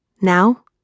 Now